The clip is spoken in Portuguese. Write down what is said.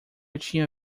tinha